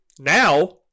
Now